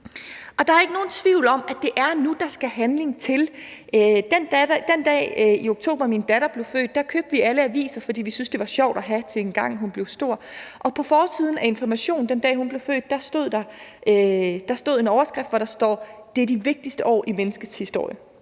Der er ikke nogen tvivl om, at det er nu, at der skal handling til. Den dag i oktober, da min datter blev født, købte vi alle aviser, fordi vi syntes, at de var sjove at have til engang, når hun var blevet stor, og på forsiden af Information den dag stod der i en overskrift: Det er de vigtigste år i menneskets historie.